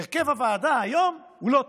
הרכב הוועדה היום הוא לא טוב.